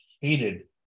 hated